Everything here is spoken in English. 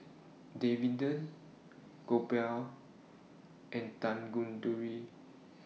Davinder Gopal and Tanguturi